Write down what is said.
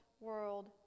world